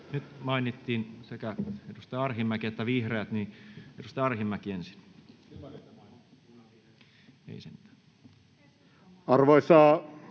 Nyt mainittiin sekä edustaja Arhinmäki että vihreät. — Edustaja Arhinmäki ensin. [Speech